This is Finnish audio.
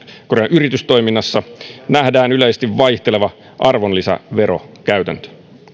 yritystoiminnassa yleisesti nähdään vaihteleva arvonlisäverokäytäntö